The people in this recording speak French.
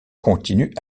continue